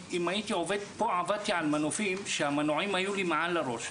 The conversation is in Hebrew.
פה עבדתי על מנופים שהמנועים היו לי מעל הראש.